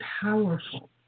powerful